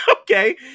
Okay